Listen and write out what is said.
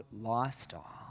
lifestyle